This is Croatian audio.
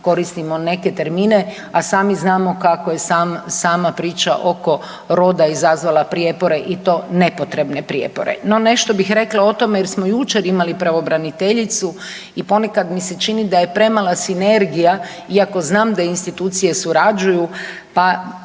koristimo neke termine, a sami znamo kako je sama priča oko roda izazvala prijepore i to nepotrebne prijepore. No, nešto bih rekla o tome jer smo jučer imali pravobraniteljicu i ponekad mi se čini da je premala sinergija iako znam da institucije surađuju, pa